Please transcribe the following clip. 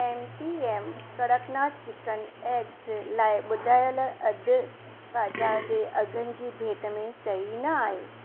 M P M Kadaknath chicken eggs लाइ ॿुधायल अघि बाज़ारि जे अघनि जी भेट में सही न आहे